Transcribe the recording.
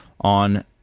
on